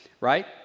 Right